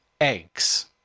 eggs